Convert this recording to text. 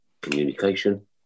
communication